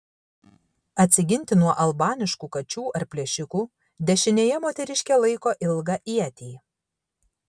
atsiginti nuo albaniškų kačių ar plėšikų dešinėje moteriškė laiko ilgą ietį